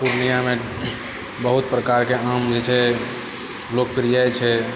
पूर्णियामे बहुत प्रकारके आम जे छै लोकप्रिय छै